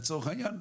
לצורך העניין,